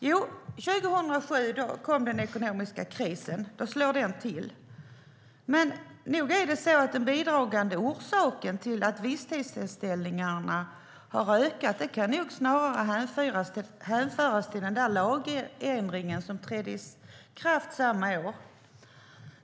År 2007 slår den ekonomiska krisen till, men den bidragande orsaken till att visstidsanställningarna har ökat kan nog snarare hänföras till den lagändring som trädde i kraft samma år.